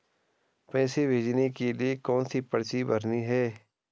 पैसे भेजने के लिए कौनसी पर्ची भरनी है?